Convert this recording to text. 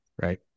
right